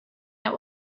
that